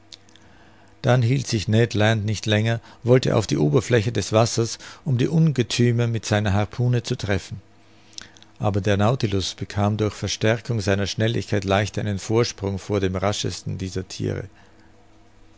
dann hielt sich ned land nicht länger wollte auf die oberfläche des wassers um die ungethüme mit seiner harpune zu treffen aber der nautilus bekam durch verstärkung seiner schnelligkeit leicht einen vorsprung vor den raschesten dieser thiere